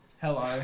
Hello